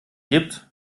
gibt